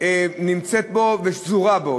נמצאת בו ושזורה בו.